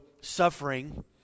suffering